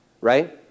right